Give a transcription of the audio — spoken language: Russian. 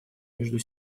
между